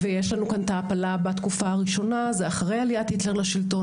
ויש לנו כאן את ההעפלה בתקופה הראשונה ואחרי עליית היטלר לשלטון.